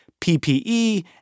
PPE